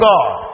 God